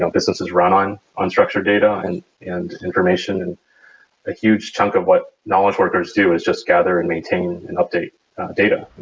businesses run on on structured data and and information, and a huge chunk of what knowledge workers do is just gather and maintain and update data,